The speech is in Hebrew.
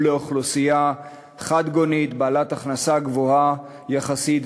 לאוכלוסייה חדגונית בעלת הכנסה גבוהה יחסית,